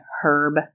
Herb